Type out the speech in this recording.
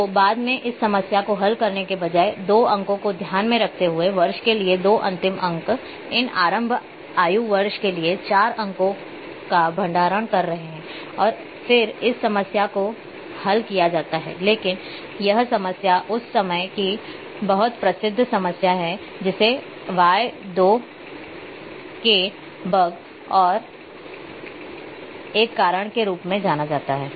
तो बाद में इस समस्या को हल करने के बजाय 2 अंकों को ध्यान में रखते हुए वर्ष के लिए दो अंतिम अंक इन आरंभ आयु वर्ष के लिए चार अंकों का भंडारण कर रहे हैं और फिर इस समस्या को हल किया जाता है लेकिन यह समस्या उस समय की बहुत प्रसिद्ध समस्या है जिसे y दो k बग और एक कारण के रूप में जाना जाता है